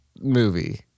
movie